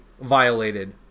violated